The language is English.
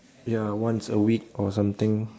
ya once a week or something